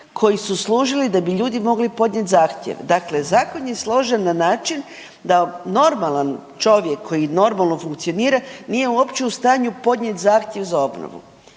koji su služili da bi ljudi mogli podnijet zahtjev. Dakle, zakon je složen na način da normalan čovjek koji normalno funkcionira nije uopće u stanju podnijeti zahtjev za obnovu